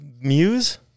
Muse